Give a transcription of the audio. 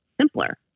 simpler